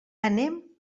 anem